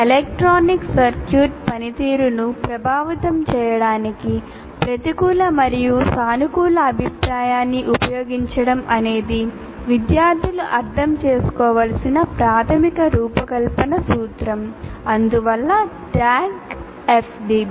electronic circuit పనితీరును ప్రభావితం చేయడానికి ప్రతికూల మరియు సానుకూల అభిప్రాయాన్ని ఉపయోగించడం అనేది విద్యార్థులు అర్థం చేసుకోవలసిన ప్రాథమిక రూపకల్పన సూత్రం అందువల్ల ట్యాగ్ FDP